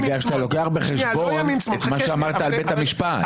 כי אתה לוקח בחשבון את מה שאמרת על בית המשפט .